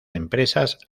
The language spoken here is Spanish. empresas